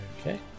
okay